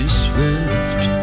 swift